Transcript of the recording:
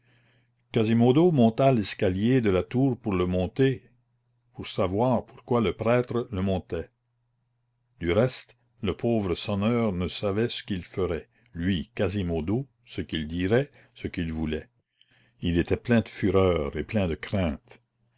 quasimodo monta l'escalier de la tour pour le monter pour savoir pourquoi le prêtre le montait du reste le pauvre sonneur ne savait ce qu'il ferait lui quasimodo ce qu'il dirait ce qu'il voulait il était plein de fureur et plein de crainte